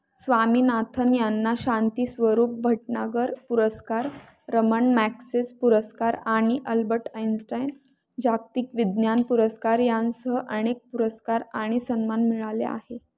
स्वामीनाथन यांना शांती स्वरूप भटनागर पुरस्कार Ramon Magsaysay पुरस्कार आणि अल्बर्ट आईन्स्टाईन जागतिक विज्ञान पुरस्कार यांसह अनेक पुरस्कार आणि सन्मान मिळाले आहे